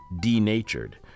Denatured